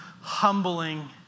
humbling